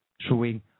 showing